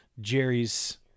Jerry's